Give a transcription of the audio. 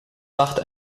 wacht